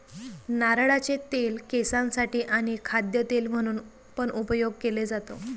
नारळाचे तेल केसांसाठी आणी खाद्य तेल म्हणून पण उपयोग केले जातो